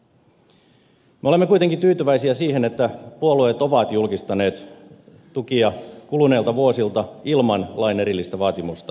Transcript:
me olemme kuitenkin tyytyväisiä siihen että puolueet ovat julkistaneet tukia kuluneilta vuosilta ilman lain erillistä vaatimusta